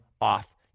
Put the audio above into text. off